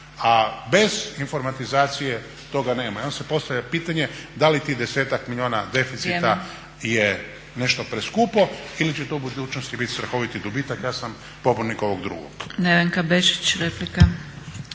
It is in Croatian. A bez informatizacije toga nema. I onda se postavlja pitanje da li tih desetak milijuna deficita je nešto preskupo ili će to u budućnosti biti strahoviti gubitak? Ja sam pobornik ovog drugog.